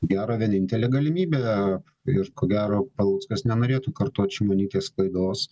gera vienintelė galimybė ir ko gero paluckas nenorėtų kartot šimonytės klaidos